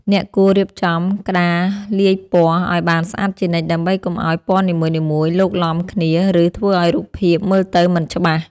អ្នកគួររៀបចំក្តារលាយពណ៌ឱ្យបានស្អាតជានិច្ចដើម្បីកុំឱ្យពណ៌នីមួយៗឡូកឡំគ្នា ឬ ធ្វើឱ្យរូបភាពមើលទៅមិនច្បាស់។